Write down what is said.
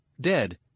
dead